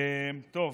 טוב,